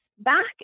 Back